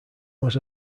was